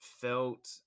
felt